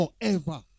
forever